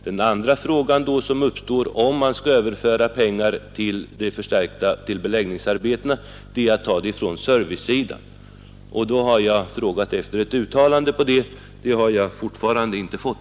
Den andra fråga som då uppstår är om man skall överföra pengar till beläggningsarbetena från servicesidan. Jag har bett om ett uttalande om detta, men det har jag fortfarande inte fått.